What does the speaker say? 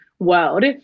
World